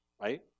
right